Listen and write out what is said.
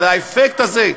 אבל האפקט הזה,